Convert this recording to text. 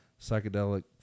psychedelic